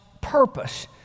purpose